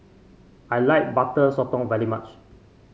I like Butter Sotong very much